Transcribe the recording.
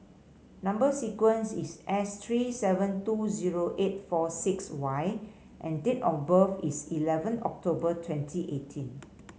number sequence is S threr seven two zero eight four six Y and date of birth is eleven October twenty eighteen